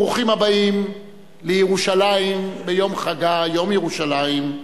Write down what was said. ברוכים הבאים לירושלים ביום חגה, יום ירושלים,